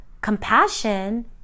compassion